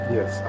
Yes